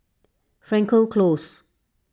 Frankel Close